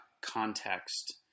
context